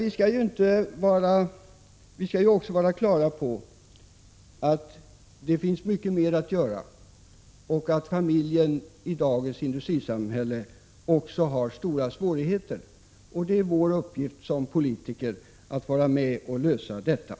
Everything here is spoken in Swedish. Vi skall dock vara klara över att det finns mycket mer att göra, att familjen i dagens industrisamhälle har stora svårigheter och att det är vår uppgift som politiker att vara med och lösa problemen.